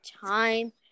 time